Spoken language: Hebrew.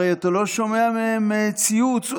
הרי אתה לא שומע מהם ציוץ.